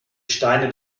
steine